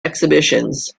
exhibitions